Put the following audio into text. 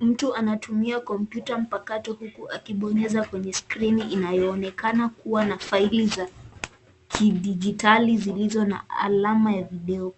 Mtu anatumia kompyuta mpakato huku akibonyeza kwenye screen inayoonekana kuwa na faili za kidijitali zilizo na alama ya video.